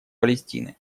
палестины